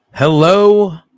Hello